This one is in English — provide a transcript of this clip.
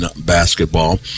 basketball